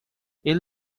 ele